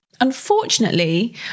Unfortunately